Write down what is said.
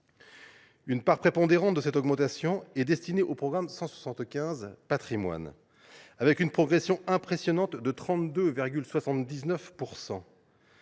Une part prépondérante de cette augmentation est destinée au programme 175 « Patrimoines », avec une progression impressionnante de 32,79 %.